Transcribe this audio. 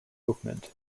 movement